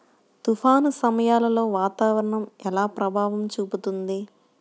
తుఫాను సమయాలలో వాతావరణం ఎలా ప్రభావం చూపుతుంది?